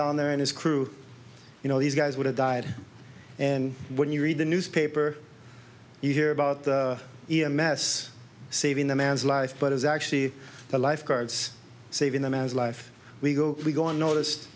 down there in his crew you know these guys would have died and when you read the newspaper you hear about e m s saving the man's life but it's actually the lifeguards saving the man's life we go we go unnotice